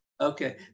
Okay